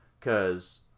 cause